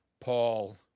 Paul